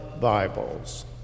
Bibles